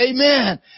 Amen